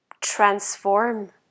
transform